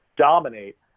dominate